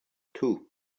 two